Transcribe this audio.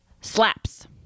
Slaps